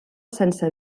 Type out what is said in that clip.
sense